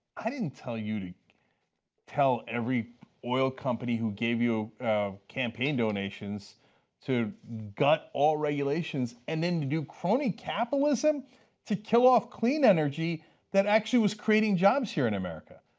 i didn't tell you to tell every oil company who gave you campaign donations to that all regulations, and then to do crony capitalism to kill off clean energy that actually was creating jobs here in america?